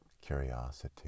curiosity